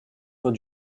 soit